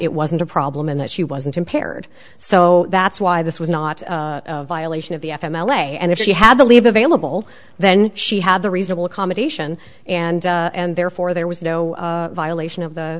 it wasn't a problem and that she wasn't impaired so that's why this was not a violation of the m l a and if she had to leave available then she had the reasonable accommodation and therefore there was no violation of the